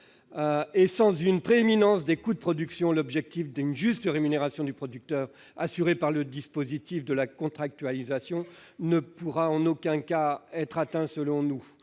indicateur relatif aux coûts de production, l'objectif d'une juste rémunération du producteur assurée par le dispositif de la contractualisation ne pourra en aucun cas être atteint. Je veux